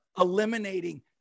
eliminating